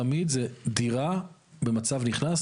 תמיד זה דירה במצב נכנס,